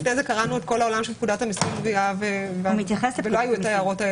קראנו את פקודת המסים (גבייה) ולא העירו את ההערות האלה.